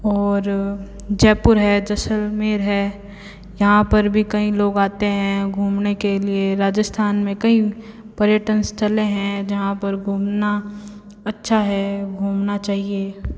और जयपुर है जैसलमेर है यहाँ पर भी कईं लोग आते हैं घूमने के लिए राजस्थान में कईं पर्यटन स्थलें हैं जहाँ पर घूमना अच्छा है घूमना चाहिए